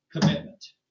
commitment